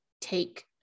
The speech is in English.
take